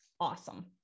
awesome